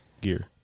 gear